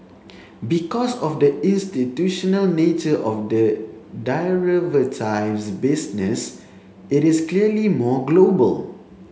because of the institutional nature of the business it is clearly more global